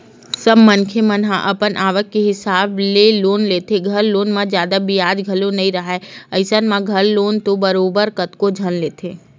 सब मनखे मन ह अपन आवक के हिसाब ले लोन लेथे, घर लोन म जादा बियाज घलो नइ राहय अइसन म घर लोन तो बरोबर कतको झन लेथे